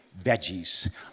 veggies